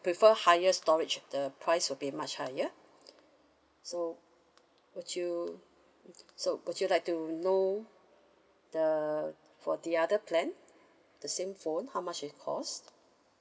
prefer higher storage the price will be much higher so would you so would you like to know the for the other plan the same phone how much it cost